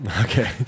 okay